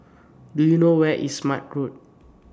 Do YOU know Where IS Smart Road